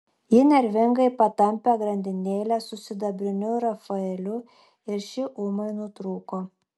ji nervingai patampė grandinėlę su sidabriniu rafaeliu ir ši ūmai nutrūko